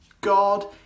God